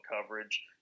coverage